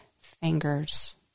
fingers